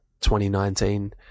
2019